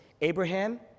Abraham